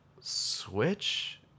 switch